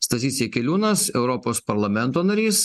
stasys jakeliūnas europos parlamento narys